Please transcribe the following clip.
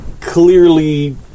Clearly